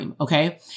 Okay